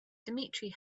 dmitry